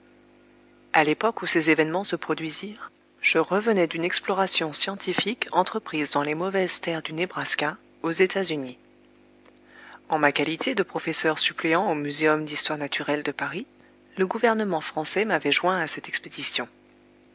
a l'époque où ces événements se produisirent je revenais d'une exploration scientifique entreprise dans les mauvaises terres du nebraska aux états-unis en ma qualité de professeur suppléant au muséum d'histoire naturelle de paris le gouvernement français m'avait joint à cette expédition